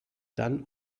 dann